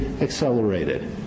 accelerated